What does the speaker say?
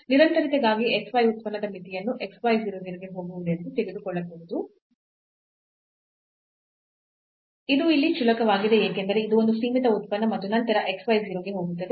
ನಿರಂತರತೆಗಾಗಿ x y ಉತ್ಪನ್ನದ ಮಿತಿಯನ್ನು x y 0 0 ಗೆ ಹೋಗುವುದೆಂದು ತೆಗೆದುಕೊಳ್ಳಬೇಕು ಇದು ಇಲ್ಲಿ ಕ್ಷುಲ್ಲಕವಾಗಿದೆ ಏಕೆಂದರೆ ಇದು ಒಂದು ಸೀಮಿತ ಉತ್ಪನ್ನ ಮತ್ತು ನಂತರ x y 0 ಗೆ ಹೋಗುತ್ತದೆ